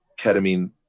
ketamine